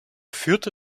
führte